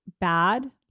bad